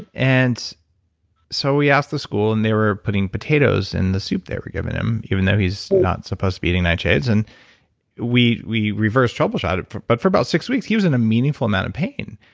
and so we asked the school, and they were putting potatoes in the soup they were giving him, even though he's not supposed to be eating nightshades. and we we reverse troubleshot it. but for about six weeks he was in a meaningful amount of pain.